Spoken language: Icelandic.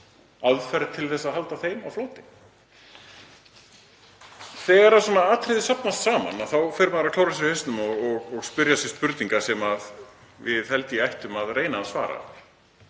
aðferð til að halda þeim á floti? Þegar svona atriði safnast saman þá fer maður að klóra sér í hausnum og spyrja sig spurninga sem ég held að við ættum að reyna að svara.